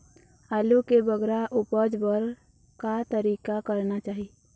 आलू के बगरा उपज बर का तरीका करना चाही?